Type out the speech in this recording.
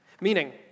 Meaning